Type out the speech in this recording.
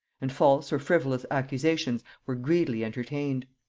and false or frivolous accusations were greedily entertained.